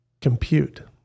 compute